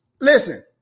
Listen